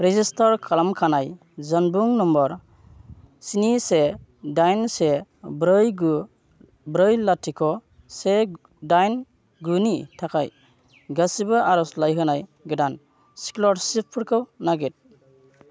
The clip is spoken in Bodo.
रेजिस्टार खालामखानाय जानबुं नम्बर स्नि से दाइन से ब्रै गु ब्रै लाथिख' से दाइन गु नि थाखाय गासिबो आर'जलाइ होनाय गोदान स्क'लारशिपफोरखौ नागिर